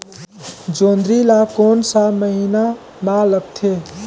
जोंदरी ला कोन सा महीन मां लगथे?